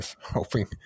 hoping